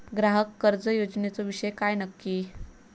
ग्राहक कर्ज योजनेचो विषय काय नक्की?